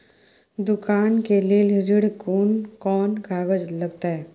दुकान के लेल ऋण कोन कौन कागज लगतै?